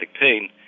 pain